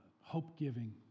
hope-giving